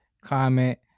comment